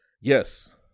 Yes